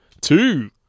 Two